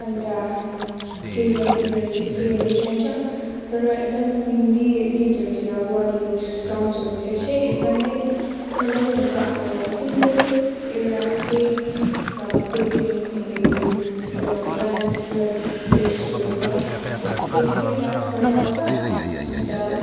अन्त शिरबन्दीहरू के केहरू चाहिन्छ तर एकदम हिन्दी गीतहरूतिर बलिवुड सङ्ग्सहरूतिर चाहिँ एकदमै सजिलो हुन्छ अब सिम्पल एउटा केही अब कुर्ती नभए उयो प्यान्ट र भेस्टहरूतिर त्यतिकै डान्स गर्दा हुन्छ अन्त